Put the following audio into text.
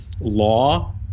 Law